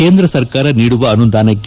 ಕೇಂದ್ರ ಸರ್ಕಾರ ನೀಡುವ ಅನುದಾನಕ್ಕೆ